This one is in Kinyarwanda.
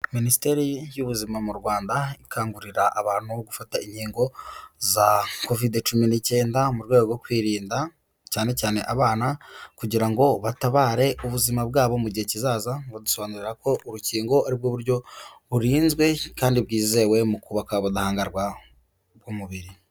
Minisiteri y'ubuzima mu Rwanda ikangurira abantu gufata inkingo za kovide cumi n'icyenda mu rwego rwo kwirinda cyane cyane abana kugira ngo batabare ubuzima bwabo mu gihe kizaza, badusobanurira ko urukingo ari bwo buryo burinzwe kandi bwizewe mu kubaka ubudahangarwa bw'umubiri.